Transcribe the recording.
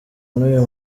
n’uyu